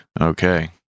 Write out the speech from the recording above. okay